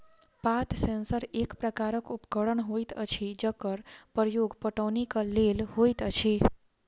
पात सेंसर एक प्रकारक उपकरण होइत अछि जकर प्रयोग पटौनीक लेल होइत अछि